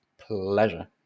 pleasure